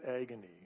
agony